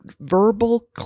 verbal